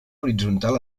horitzontal